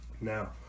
Now